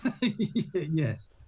Yes